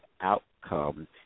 outcome